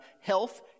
health